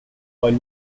while